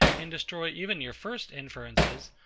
and destroy even your first inferences,